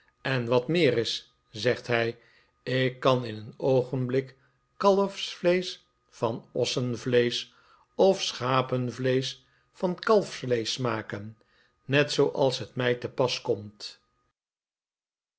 en wat meer is zegt hij ik kan in een oogenblik kalfsvleesch van ossenvleesch of schapenvleesch van kalfsvleesch maken net zooals het mij te pas komt